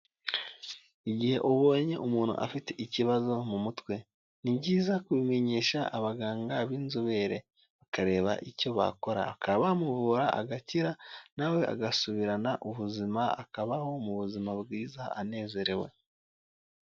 Igihe ubonye umuntu afite ikibazo mu mutwe, ni byiza kubimenyesha abaganga b'inzobere, bakareba icyo bakora, bakaba bamuvura agakira nawe agasubirana ubuzima akabaho mu buzima bwiza anezerewe.